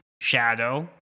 Shadow